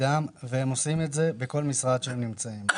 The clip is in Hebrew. והם עושים את זה בכל משרד שבו הם נמצאים.